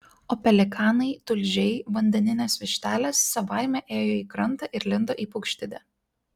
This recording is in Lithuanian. o pelikanai tulžiai vandeninės vištelės savaime ėjo į krantą ir lindo į paukštidę